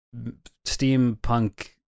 steampunk